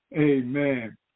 Amen